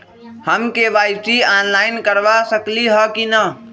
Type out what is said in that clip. हम KYC online करवा सकली ह कि न?